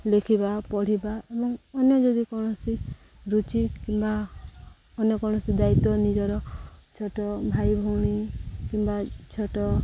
ଲେଖିବା ପଢ଼ିବା ଏବଂ ଅନ୍ୟ ଯଦି କୌଣସି ରୁଚି କିମ୍ବା ଅନ୍ୟ କୌଣସି ଦାୟିତ୍ୱ ନିଜର ଛୋଟ ଭାଇ ଭଉଣୀ କିମ୍ବା ଛୋଟ